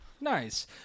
nice